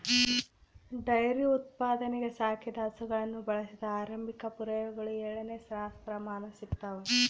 dairy ಉತ್ಪಾದನೆಗೆ ಸಾಕಿದ ಹಸುಗಳನ್ನು ಬಳಸಿದ ಆರಂಭಿಕ ಪುರಾವೆಗಳು ಏಳನೇ ಸಹಸ್ರಮಾನ ಸಿಗ್ತವ